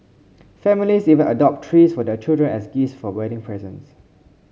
families even adopt trees for their children as gifts for wedding presents